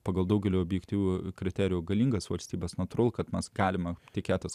pagal daugelio objektyvių kriterijų galingas valstybes nutraukimas galima tikėtis